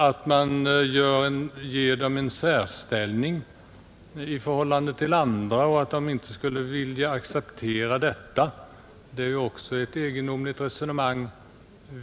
Att man ger de handikappade en särställning i förhållande till andra och att de inte skulle vilja acceptera detta är ju också ett egendomligt resonemang.